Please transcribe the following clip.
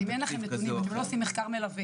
אם אין לכם נתונים ואתם לא עושים מחקר מלווה